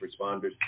responders